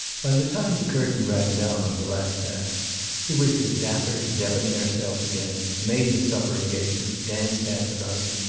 by the time the curtain rang down on the last act he was his dapper, debonair self again, made his supper engagement, danced half the night,